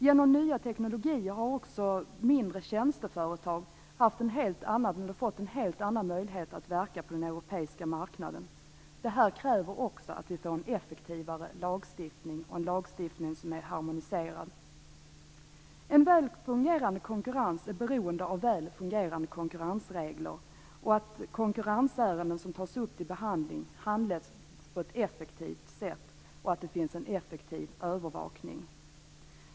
Genom nya tekniker har också mindre tjänsteföretag fått en helt annan möjlighet att verka på den europeiska marknaden. Detta kräver också att vi får en effektivare lagstiftning och en lagstiftning som är harmoniserad. En väl fungerande konkurrens är beroende av väl fungerande konkurrensregler, att konkurrensärenden som tas upp till behandling handläggs på ett effektivt sätt och att det finns en effektiv övervakning.